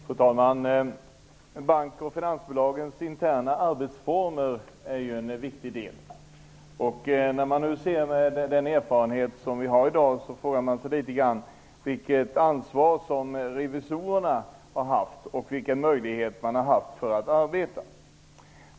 Fru talman! En banks och ett finansbolags interna arbetsformer är en viktig del. Med den erfarenhet som man i dag har frågar man sig vilket ansvar som revisorerna har haft och vilka möjligheter de har haft att arbeta.